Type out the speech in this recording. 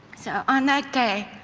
so on that day,